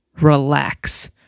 relax